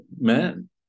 men